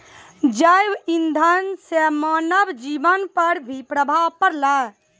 जैव इंधन से मानव जीबन पर भी प्रभाव पड़लै